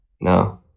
No